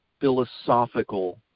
Philosophical